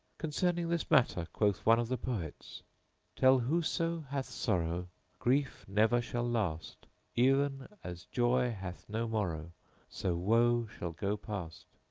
concerning this matter quoth one of the poets tell whoso hath sorrow grief never shall last e'en as joy hath no morrow so woe shall go past.